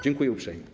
Dziękuję uprzejmie.